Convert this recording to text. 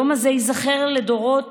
היום הזה ייזכר לדורות